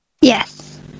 Yes